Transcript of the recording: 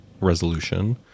resolution